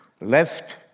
left